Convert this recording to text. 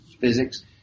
physics